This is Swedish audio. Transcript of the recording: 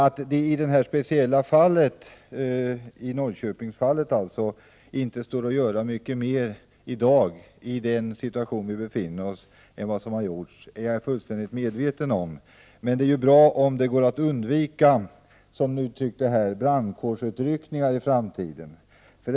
Att det i just detta fall inte går att göra så mycket mer än vad som gjorts är jag fullständigt medveten om. Men det är bra om man i framtiden kan undvika, som det uttrycktes, brandkårsutryckningar.